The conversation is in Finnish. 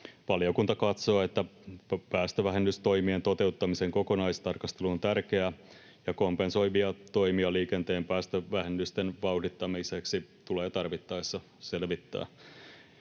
Valiokunta katsoo, että päästövähennystoimien toteutumisen kokonaistarkastelu on tärkeää ja kompensoivia toimia liikenteen päästövähennysten vauhdittamiseksi tulee tarvittaessa selvittää.